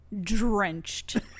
drenched